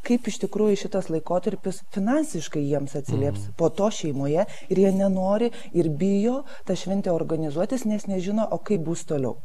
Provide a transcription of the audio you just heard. kaip iš tikrųjų šitas laikotarpis finansiškai jiems atsilieps po to šeimoje ir jie nenori ir bijo tą šventę organizuotis nes nežino o kaip bus toliau